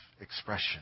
expression